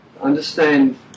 understand